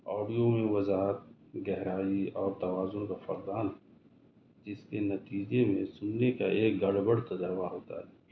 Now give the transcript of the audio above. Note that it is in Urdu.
آڈیو میں وضاحت گہرائی اور توازن کا فقدان جس کے نتیجے میں سننے کا ایک گڑبڑ تجربہ ہوتا ہے